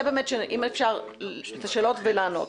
באמת אם אפשר להציג את השאלות ולענות.